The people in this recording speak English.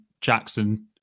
Jackson